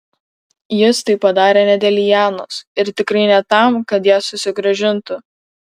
jis tai padarė ne dėl lianos ir tikrai ne tam kad ją susigrąžintų